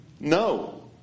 no